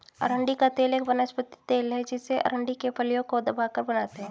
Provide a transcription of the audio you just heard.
अरंडी का तेल एक वनस्पति तेल है जिसे अरंडी की फलियों को दबाकर बनाते है